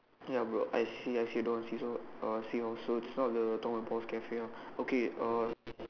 ya bro I see I see doors see uh see also just now the Tom and Paul's Cafe ah okay uh